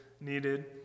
needed